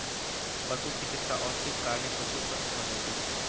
पशुचिकित्सा औषधिक कारणेँ पशु स्वस्थ भ जाइत अछि